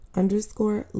underscore